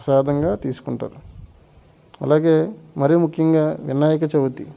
ప్రసాదంగా తీసుకుంటారు అలాగే మర ముఖ్యంగా వినాయక చవితి